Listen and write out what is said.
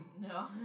No